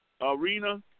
Arena